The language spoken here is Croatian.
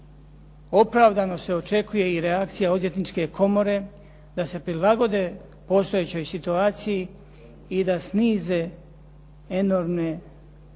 opravdano se očekuje i reakcija Odvjetničke komore da se prilagode postojećoj situaciji i da snize enormne naknade,